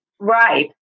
Right